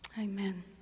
amen